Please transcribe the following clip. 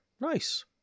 Nice